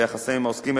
ביחסיהם עם העוסקים,